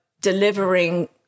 delivering